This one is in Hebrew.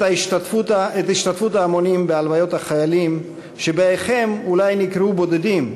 את השתתפות ההמונים בהלוויות החיילים שבחייהם אולי נקראו "בודדים"